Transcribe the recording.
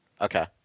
okay